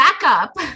backup